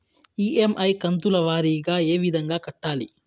EMI కంతుల వారీగా ఏ విధంగా కట్టాలి